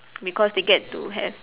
because they get to have